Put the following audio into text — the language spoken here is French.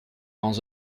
grands